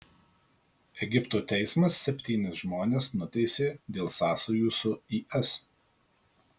egipto teismas septynis žmones nuteisė dėl sąsajų su is